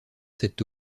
cette